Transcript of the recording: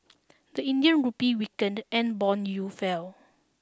the Indian rupee weakened and bond yields fell